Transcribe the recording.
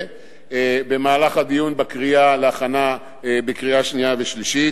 במהלך הדיון להכנה לקריאה שנייה ושלישית.